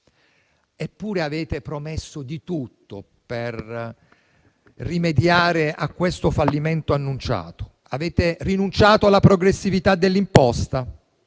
Eppure, avete promesso di tutto per rimediare a questo fallimento annunciato: avete rinunciato alla progressività dell'imposta;